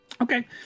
Okay